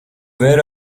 where